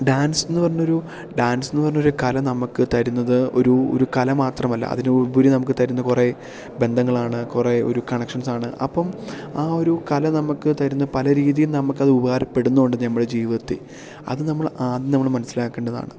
ഡാൻസെന്നു പറഞ്ഞൊരു ഡാൻസെന്നു പറഞ്ഞൊരു കല നമുക്കു തരുന്നത് ഒരു ഒരു കല മാത്രമല്ല അതിനുപരി നമുക്കു തരുന്ന കുറേ ബന്ധങ്ങളാണ് കുറേ ഒരു കണക്ഷൻസാണ് അപ്പോള് ആ ഒരു കല നമ്മള്ക്കു തരുന്ന പല രീതിയിൽ നമുക്കത് ഉപകാരപ്പെടുന്നുമുണ്ട് നമ്മുടെ ജീവിതത്തില് അത് നമ്മള് ആദ്യം നമ്മള് മനസ്സിലാക്കേണ്ടതാണ്